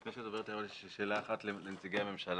לפני שאת מדברת, יש לי שאלה אחת לנציגי הממשלה.